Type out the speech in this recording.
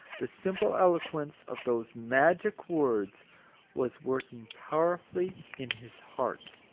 the simple eloquence of those magic words was working powerfully in his heart!